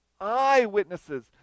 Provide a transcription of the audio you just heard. eyewitnesses